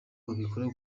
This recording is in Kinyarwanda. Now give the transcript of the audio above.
babikora